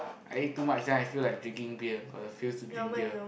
I eat too much then I feel like drinking beer got the feels to drink beer